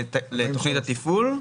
לתוכנית התפעול,